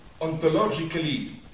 ontologically